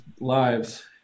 lives